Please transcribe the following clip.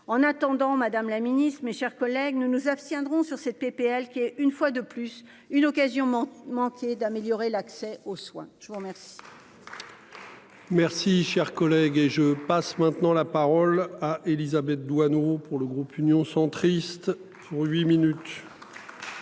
en attendant Madame la Ministre, mes chers collègues, nous nous abstiendrons sur cette PPL qui est une fois de plus une occasion mens mentis et d'améliorer l'accès aux soins. Je vous remercie. Merci cher collègue. Et je passe maintenant la parole à Élisabeth Doineau pour le groupe Union centriste pour huit minutes.